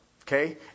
okay